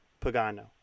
Pagano